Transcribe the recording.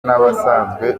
n’abasanzwe